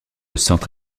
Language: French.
centre